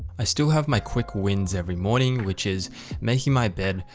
i still have my quick wins every morning, which is making my bed,